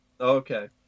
okay